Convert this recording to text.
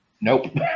Nope